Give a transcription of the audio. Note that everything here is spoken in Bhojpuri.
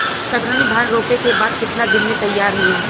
कतरनी धान रोपे के बाद कितना दिन में तैयार होई?